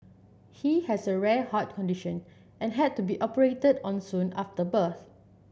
he has a rare heart condition and had to be operated on soon after birth